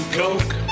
coke